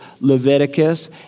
Leviticus